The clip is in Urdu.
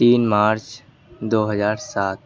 تین مارچ دو ہزار سات